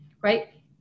right